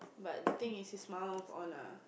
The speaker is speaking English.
but the thing is his mouth all lah